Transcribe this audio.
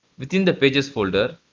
within the pages folder,